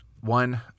one